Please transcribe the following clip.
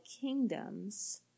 kingdoms